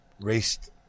Raced